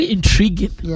Intriguing